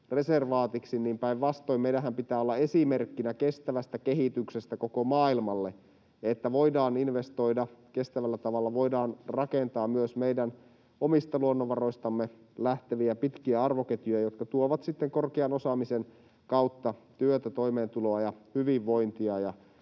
niin päinvastoin meidänhän pitää olla esimerkkinä kestävästä kehityksestä koko maailmalle, että voidaan investoida kestävällä tavalla, voidaan rakentaa myös meidän omista luonnonvaroistamme lähteviä pitkiä arvoketjuja, jotka tuovat sitten korkean osaamisen kautta työtä, toimeentuloa ja hyvinvointia.